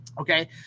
Okay